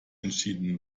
entschieden